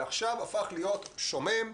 ועכשיו הפך להיות שומם.